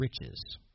riches